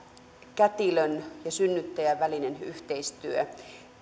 kätilön ja synnyttäjän välinen yhteistyö